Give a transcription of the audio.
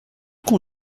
qu’on